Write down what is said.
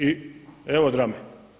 I evo drame.